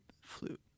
flute